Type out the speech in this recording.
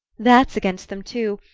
that's against them too.